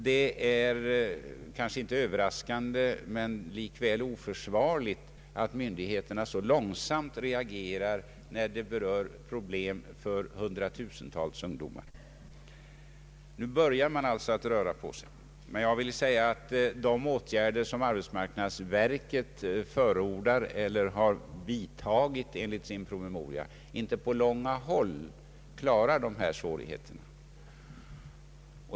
Det är kanske inte överraskande men likväl oförsvarligt att myndigheterna reagerar så långsamt när det gäller problem för hundratusentals ungdomar. Nu börjar man alltså röra på sig. Men de åtgärder som arbetsmarknadsverket enligt sin promemoria har vidtagit klarar inte på långa håll dessa svårigheter.